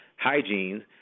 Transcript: hygiene